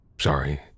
Sorry